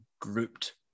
grouped